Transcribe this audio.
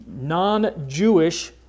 non-Jewish